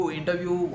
interview